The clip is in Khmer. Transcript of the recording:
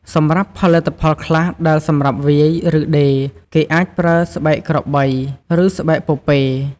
សម្រាប់ផលិតផលខ្លះដែលសម្រាប់វាយ ឬដេរ គេអាចប្រើស្បែកក្របី ឬស្បែកពពែ។